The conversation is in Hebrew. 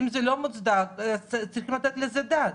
אם זה לא מוצדק, צריכים לתת על זה את הדעת.